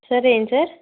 sir ఏంటి sir